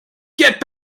get